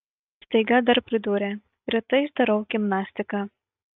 staiga dar pridūrė rytais darau gimnastiką